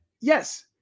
yes